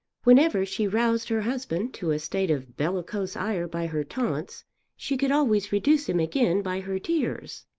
whenever she roused her husband to a state of bellicose ire by her taunts she could always reduce him again by her tears.